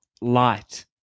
Light